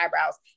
eyebrows